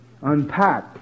unpack